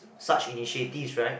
such initiatives right